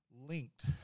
linked